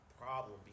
problem